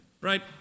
right